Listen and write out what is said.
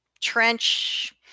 trench